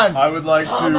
i would like